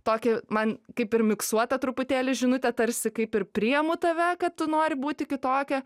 tokį man kaip ir miksuotą truputėlį žinutę tarsi kaip ir priemu tave kad tu nori būti kitokia